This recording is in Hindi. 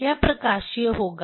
यह प्रकाशीय होगा